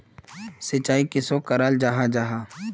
सिंचाई किसोक कराल जाहा जाहा?